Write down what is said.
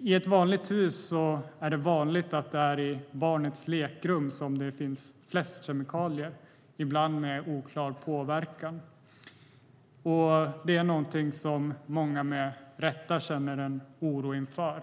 I ett vanligt hus är det ofta i barnets lekrum som det finns flest kemikalier, ibland med oklar påverkan, och det är något som många med rätta känner oro inför.